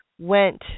went